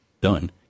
Done